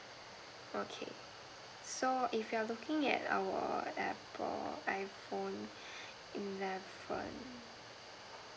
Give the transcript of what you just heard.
okay so if you're looking at our apple iphone eleven